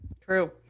True